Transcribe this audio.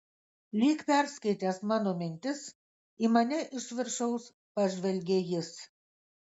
lyg perskaitęs mano mintis į mane iš viršaus pažvelgė jis